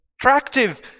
attractive